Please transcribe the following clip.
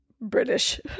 british